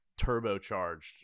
turbocharged